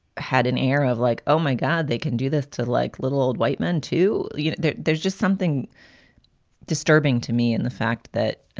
had an air of like, oh, my god, they can do this to, like little old white men to you. there's there's just something disturbing to me and the fact that